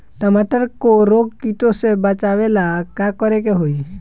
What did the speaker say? टमाटर को रोग कीटो से बचावेला का करेके होई?